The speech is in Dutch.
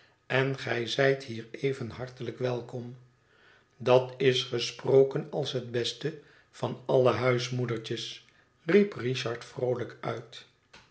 en gij zijt hier even hartelijk welkom dat is gesproken als het beste van alle huismoedertjes riep richard vroohjk uit